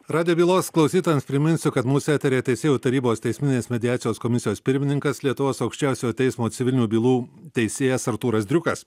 radijo bylos klausytojams priminsiu kad mūsų eteryje teisėjų tarybos teisminės mediacijos komisijos pirmininkas lietuvos aukščiausiojo teismo civilinių bylų teisėjas artūras driukas